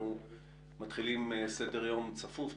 אנחנו מתחילים סדר-יום צפוף.